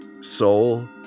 Soul